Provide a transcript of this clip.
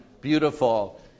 beautiful